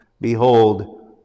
Behold